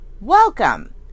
welcome